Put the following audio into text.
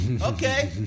okay